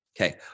Okay